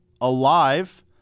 alive